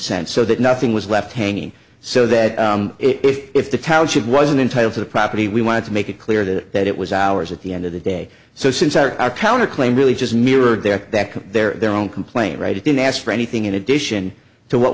sense so that nothing was left hanging so that if the township wasn't in title to the property we wanted to make it clear that that it was ours at the end of the day so since our town a claim really just mirrored there that their own complaint right it didn't ask for anything in addition to what